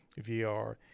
VR